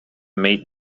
meet